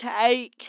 take